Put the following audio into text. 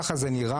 ככה זה נראה